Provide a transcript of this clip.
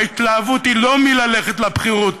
ההתלהבות היא לא מהליכה לבחירות,